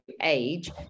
age